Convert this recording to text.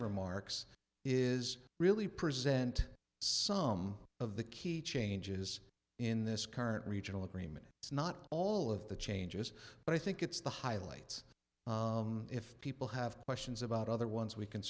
remarks is really present some of the key changes in this current regional agreement it's not all of the changes but i think it's the highlights if people have questions about other ones we can